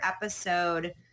episode